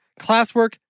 classwork